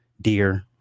dear